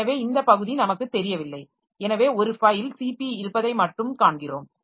எனவே இந்த பகுதி நமக்குத் தெரியவில்லை எனவே ஒரு ஃபைல் cp இருப்பதை மட்டும் காண்கிறோம்